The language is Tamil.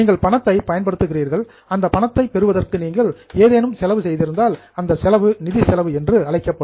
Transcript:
நீங்கள் பணத்தை பயன்படுத்துகிறீர்கள் அந்த பணத்தை பெறுவதற்கு நீங்கள் ஏதேனும் செலவு செய்திருந்தால் அந்த செலவு நிதி செலவு என்று அழைக்கப்படும்